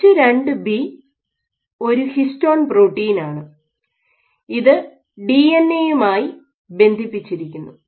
H 2 B ഒരു histone പ്രോട്ടീനാണ് ഇത് ഡിഎൻഎ യുമായി ബന്ധിപ്പിച്ചിരിക്കുന്നു